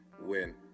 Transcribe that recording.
win